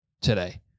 today